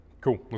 Cool